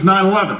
9-11